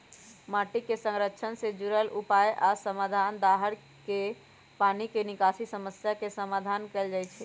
माटी के संरक्षण से जुरल उपाय आ समाधान, दाहर के पानी के निकासी समस्या के समाधान कएल जाइछइ